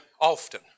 often